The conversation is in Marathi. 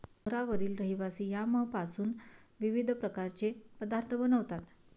डोंगरावरील रहिवासी यामपासून विविध प्रकारचे पदार्थ बनवतात